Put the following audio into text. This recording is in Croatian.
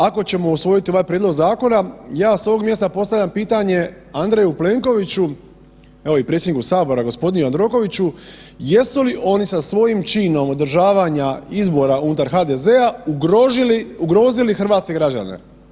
Ako ćemo usvojiti ovaj prijedlog zakona ja s ovog mjesta postavljam pitanje Andreju Plenkoviću, evo i predsjedniku sabora g. Jandrokoviću, jesu li oni sa svojim činom održavanja izbora unutar HDZ-a ugrozili hrvatske građane?